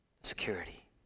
security